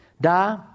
Da